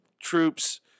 troops